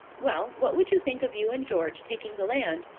well, what would you think of you and george taking the land,